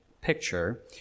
picture